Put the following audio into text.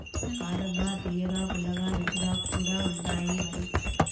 కాదబ్బా తియ్యగా, పుల్లగా, రుచిగా కూడుండాయిమరి